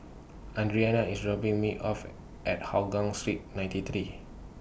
Adriana IS dropping Me off At Hougang Street ninety three